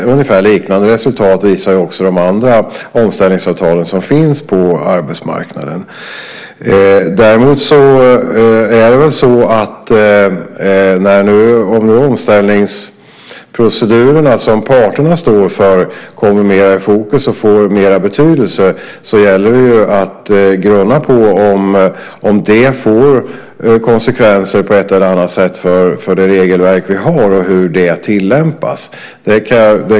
Ungefär liknande resultat visar de andra omställningsavtal som finns på arbetsmarknaden. Om nu omställningsprocedurerna som parterna står för kommer mer i fokus och får mer betydelse gäller det att grunna på om det får konsekvenser på ett eller annat sätt för det regelverk vi har och hur det tillämpas.